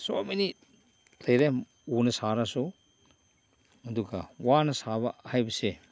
ꯁꯣ many ꯂꯩꯔꯦ ꯎꯅ ꯁꯥꯔꯁꯨ ꯑꯗꯨꯒ ꯋꯥꯅ ꯁꯥꯕ ꯍꯥꯏꯕꯁꯦ